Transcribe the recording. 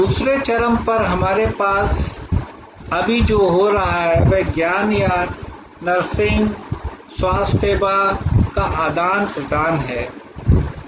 दूसरे चरम पर हमारे पास अभी जो हो रहा है वह ज्ञान या नर्सिंग स्वास्थ्य सेवा का आदान प्रदान है